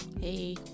Hey